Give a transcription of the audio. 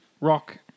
Rock